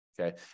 okay